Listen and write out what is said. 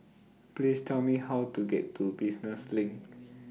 Please Tell Me How to get to Business LINK